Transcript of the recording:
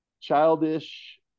Childish